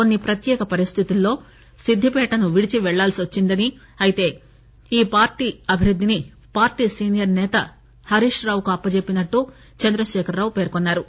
కొన్ని ప్రత్యేక పరిస్దితుల్లో సిద్దిపేటను విడిచి పెళ్ళాల్పి వచ్చిందని అయితే ఈ పార్టీ అభివృద్దిని పార్టీ సీనియర్ సేత హరీష్రావుకు అప్పజెప్పినట్టు చంద్రశేఖరరావు పేర్కొన్నారు